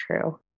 true